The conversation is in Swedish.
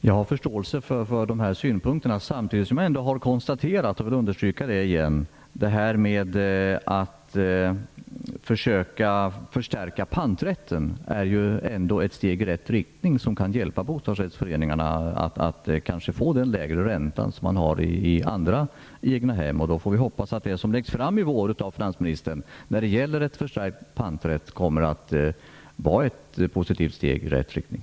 Herr talman! Jag har förståelse för dessa synpunkter. Samtidigt kan jag konstatera, vilket jag vill understryka igen, att det ändå är ett steg i rätt riktning att försöka förstärka panträtten. Det kan hjälpa bostadsrättsföreningarna att kanske få den lägre ränta som man har i andra egnahem. Vi får då hoppas att det förslag som läggs fram i vår av finansministern när det gäller en förstärkt panträtt kommer att vara ett positivt steg i rätt riktning.